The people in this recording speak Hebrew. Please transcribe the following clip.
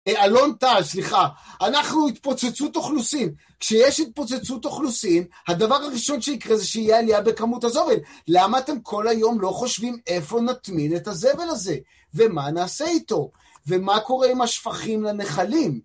אל אלון טל, סליחה, אנחנו "התפוצצות אוכלוסין". כשיש התפוצצות אוכלוסין, הדבר הראשון שייקרה זה שיהיה עלייה בכמות הזבל. למה אתם כל היום לא חושבים איפה נטמין את הזבל הזה? ומה נעשה איתו? ומה קורה עם השפכים לנחלים?